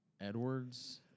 Edwards